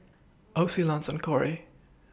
Ocie Lance and Kori